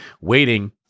Waiting